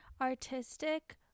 artistic